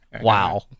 Wow